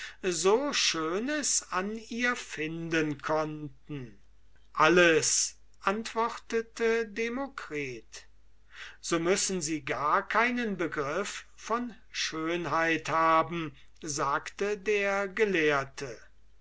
so schönes an ihr finden konnten alles antwortete demokritus so müssen sie gar keinen begriff von schönheit haben sagte der gelehrte